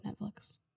Netflix